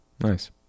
Nice